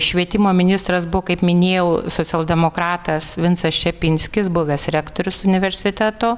švietimo ministras buvo kaip minėjau socialdemokratas vincas čepinskis buvęs rektorius universiteto